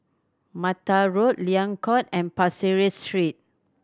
Mata Road Liang Court and Pasir Ris Street